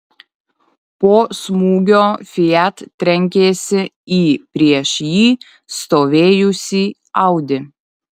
po smūgio fiat trenkėsi į prieš jį stovėjusį audi